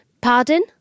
Pardon